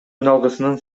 үналгысынын